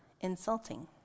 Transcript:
insulting